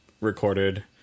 recorded